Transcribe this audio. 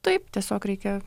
taip tiesiog reikia